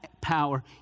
power